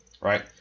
Right